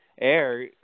air